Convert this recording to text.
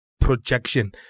projection